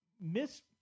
miss